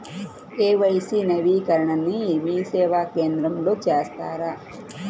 KYC నవీకరణని మీసేవా కేంద్రం లో చేస్తారా?